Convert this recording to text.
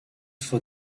for